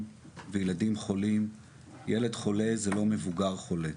וילדים חולים- ילד חולה זה לא מבוגר חולה.